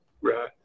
Right